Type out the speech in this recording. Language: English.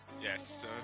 Yes